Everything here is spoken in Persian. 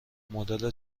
مدل